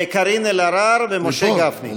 קארין אלהרר ומשה גפני.